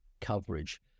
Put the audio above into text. coverage